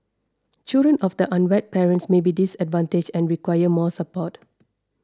children of the unwed parents may be disadvantaged and require more support